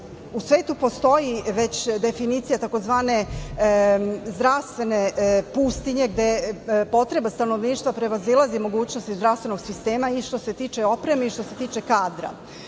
svetu postoji već definicija tzv. zdravstvene pustinje, gde potreba stanovništva prevazilazi mogućnosti zdravstvenog sistema i što se tiče opreme i što se tiče kadra.